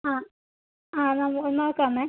ആ ആ അത് നമുക്ക് നോക്കാമെന്നേ